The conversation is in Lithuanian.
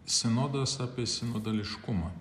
sinodas apie sinodališkumą